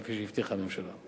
כפי שהבטיחה הממשלה.